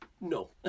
no